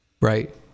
right